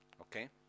Okay